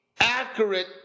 accurate